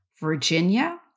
Virginia